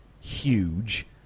huge